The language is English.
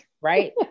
right